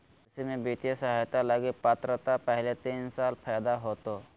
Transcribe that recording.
कृषि में वित्तीय सहायता लगी पात्रता पहले तीन साल फ़ायदा होतो